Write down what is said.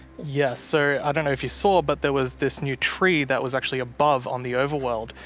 yes, so i don't know if you saw, but there was this new tree that was actually above on the overworld.